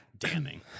Damning